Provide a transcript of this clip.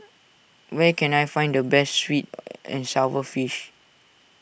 where can I find the best Sweet and Sour Fish